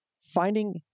finding